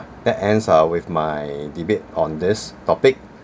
that ends ah with my debate on this topic